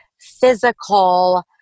physical